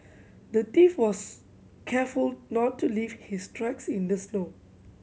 the thief was careful not to leave his tracks in the snow